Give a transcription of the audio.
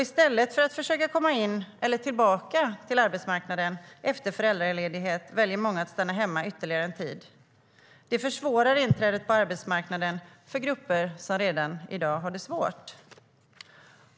Istället för att försöka komma in eller tillbaka på arbetsmarknaden efter föräldraledighet väljer många att stanna hemma ytterligare en tid med vårdnadsbidrag. Detta har ytterligare försvårat inträdet på arbetsmarknaden, för grupper som redan idag har det svårt.